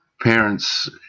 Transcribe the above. parents